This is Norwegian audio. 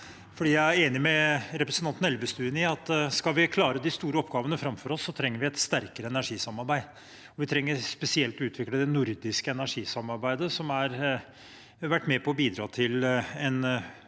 jeg er enig med representanten Elvestuen i at skal vi klare de store oppgavene framfor oss, trenger vi et sterkere energisamarbeid. Vi trenger spesielt å utvikle det nordiske energisamarbeidet, som egentlig har vært med på å bidra til en